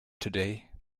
today